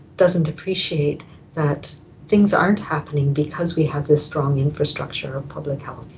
doesn't appreciate that things aren't happening because we have this strong infrastructure of public health.